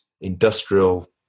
industrial